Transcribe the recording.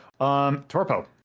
Torpo